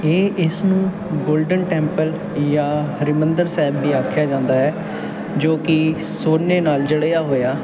ਇਹ ਇਸ ਨੂੰ ਗੋਲਡਨ ਟੈਂਪਲ ਜਾਂ ਹਰਿਮੰਦਰ ਸਾਹਿਬ ਵੀ ਆਖਿਆ ਜਾਂਦਾ ਹੈ ਜੋ ਕਿ ਸੋਨੇ ਨਾਲ ਜੜਿਆ ਹੋਇਆ